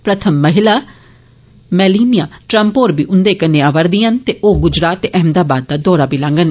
प्रथम महिला Melania Trump होर बी उन्दे कन्नै आवा करदियां न ते ओह गुजरात अहमदाबाद दा दौरा बी लांगन